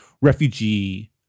refugee